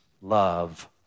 love